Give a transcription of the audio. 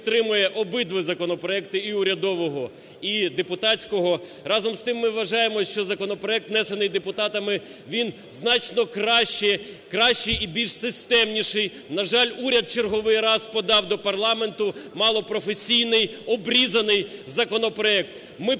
підтримує обидва законопроекти – і урядового, і депутатського. Разом з тим, ми вважаємо, що законопроект, внесений депутатами, він значно кращій і більш системніший. На жаль, уряд в черговий раз подав до парламенту малопрофесійний, обрізаний законопроект.